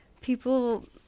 people